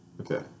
Okay